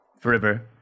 forever